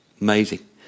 Amazing